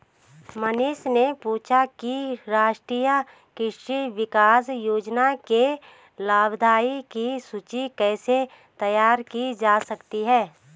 मनीष ने पूछा कि राष्ट्रीय कृषि विकास योजना के लाभाथियों की सूची कैसे तैयार की जा सकती है